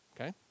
okay